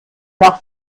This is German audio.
nach